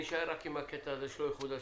נישאר רק עם הקטע הזה שלא יחודש